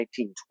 1920